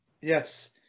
Yes